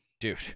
Dude